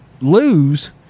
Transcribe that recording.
lose